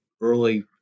early